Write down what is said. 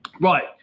Right